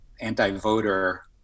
anti-voter